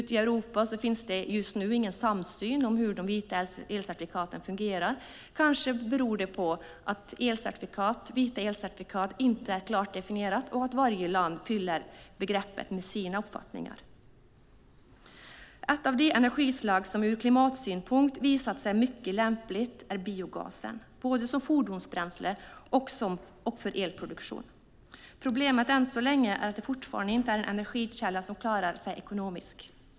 I Europa finns det ingen samsyn om hur de vita elcertifikaten fungerar. Kanske beror det på att vita elcertifikat inte är klart definierade och att varje land fyller begreppet med sina uppfattningar. Ett av de energislag som ur klimatsynpunkt visat sig mycket lämplig är biogasen, både som fordonsbränsle och för elproduktion. Problemet är ännu så länge att det fortfarande inte är en energikälla som klarar sig ekonomiskt.